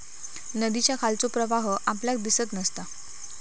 नदीच्या खालचो प्रवाह आपल्याक दिसत नसता